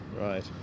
Right